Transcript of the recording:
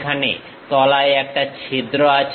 সেখানে তলায় একটা ছিদ্র আছে